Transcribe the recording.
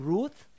Ruth